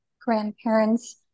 grandparents